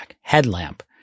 headlamp